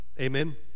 Amen